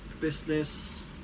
business